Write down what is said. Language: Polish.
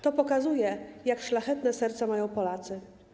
To pokazuje, jak szlachetne serca mają Polacy.